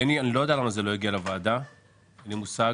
אני לא יודע למה זה לא הגיע לוועדה, אין לי מושב,